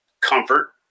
comfort